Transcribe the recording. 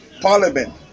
parliament